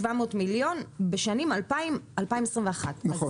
700 מיליון בשנים 2021-2000. נכון,